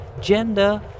gender